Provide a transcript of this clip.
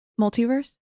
Multiverse